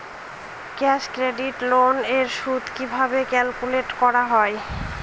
Cash credit loan এর সুদ কিভাবে ক্যালকুলেট করা হয়?